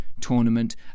tournament